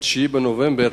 ב-9 בנובמבר,